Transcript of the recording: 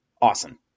Awesome